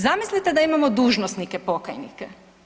Zamislite da imamo dužnosnike pokajnike?